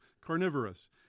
carnivorous